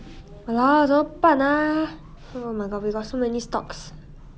!walao! 怎么办 ah oh my god we got so many stocks